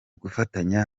gufatanya